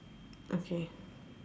okay